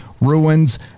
ruins